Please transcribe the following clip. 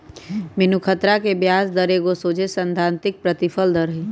बिनु खतरा के ब्याज दर एगो सोझे सिद्धांतिक प्रतिफल दर हइ